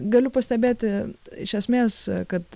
galiu pastebėti iš esmės kad